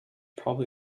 probably